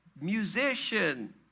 musician